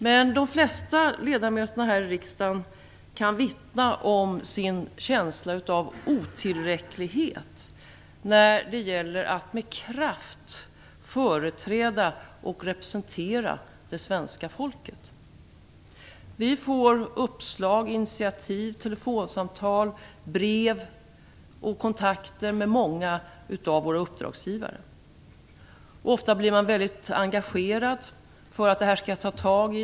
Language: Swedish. Men de flesta ledamöter här i riksdagen kan vittna om sin känsla av otillräcklighet när det gäller att med kraft företräda och representera det svenska folket. Vi får uppslag, initiativ, telefonsamtal, brev och kontakter med många av våra uppdragsgivare. Ofta blir man väldigt engagerad och säger sig: Det här skall jag ta tag i.